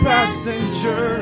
Passenger